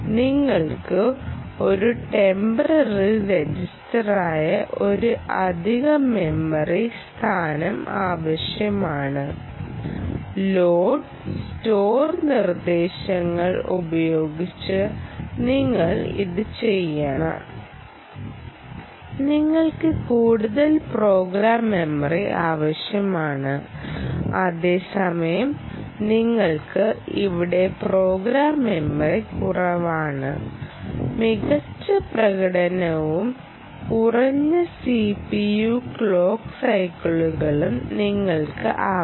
നിങ്ങൾക്ക് ഒരു ടെംപററി രജിസ്റ്ററായ ഒരു അധിക മെമ്മറി സ്ഥാനം ആവശ്യമാണ് ലോഡ് സ്റ്റോർ നിർദ്ദേശങ്ങൾ ഉപയോഗിച്ച് നിങ്ങൾ ഇത് ചെയ്താൽ നിങ്ങൾക്ക് കൂടുതൽ പ്രോഗ്രാം മെമ്മറി ആവശ്യമാണ് അതേസമയം നിങ്ങൾക്ക് ഇവിടെ പ്രോഗ്രാം മെമ്മറി കുറവാണ് മികച്ച പ്രകടനവും കുറഞ്ഞ സിപിയു ക്ലോക്ക് സൈക്കിളുകളും നിങ്ങൾക്ക് ആവശ്യമാണ്